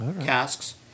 casks